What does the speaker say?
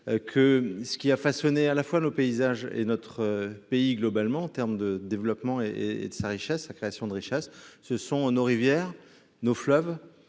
Que ce qui a façonné à la fois nos paysages et notre pays globalement en terme de développement et de sa richesse, sa création de richesse, ce sont nos rivières nos fleuves